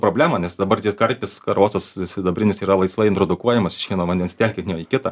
problema nes dabar tiek karpis karosas sidabrinis yra laisvai introdukuojamas iš vieno vandens telkinio į kitą